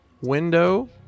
window